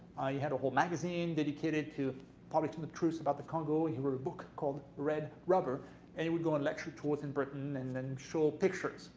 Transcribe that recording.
he had a whole magazine dedicated to publishing the truth about the congo. and he wrote a book called red rubber and he would go on lecture tours in britain and and show pictures.